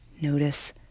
Notice